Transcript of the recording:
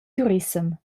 turissem